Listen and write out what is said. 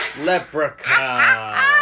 Leprechaun